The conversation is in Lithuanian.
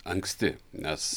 anksti nes